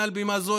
מעל במה זו,